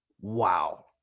wow